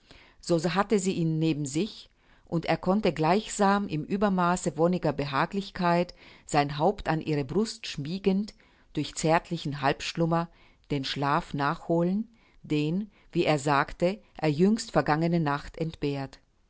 so hatte sie ihn neben sich und er konnte gleichsam im uebermaße wonniger behaglichkeit sein haupt an ihre brust schmiegend durch zärtlichen halbschlummer den schlaf nachholen den wie er sagte er jüngst vergangene nacht entbehrt